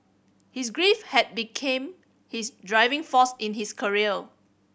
his grief had became his driving force in his career